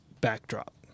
backdrop